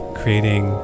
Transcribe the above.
creating